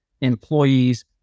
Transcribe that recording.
employees